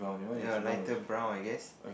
ya lighter brown I guess